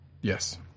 Yes